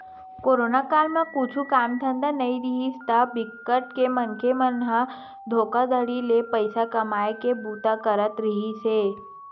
corona काल म कुछु काम धंधा नइ रिहिस हे ता बिकट के मनखे मन ह धोखाघड़ी ले पइसा कमाए के बूता करत रिहिस हे